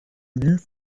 lus